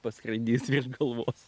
paskraidys virš galvos